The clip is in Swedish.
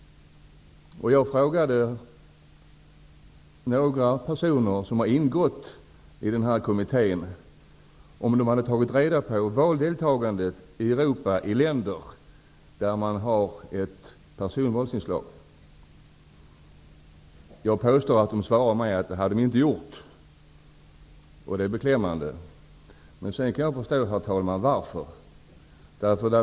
Jag frågade några personer som har ingått i den här kommittén om de hade tagit reda på valdeltagandet i Europa i länder där man har ett personvalsinslag. Det hade de inte gjort, och det är beklämmande. Jag kan dock förstå, herr talman, varför de inte hade gjort det.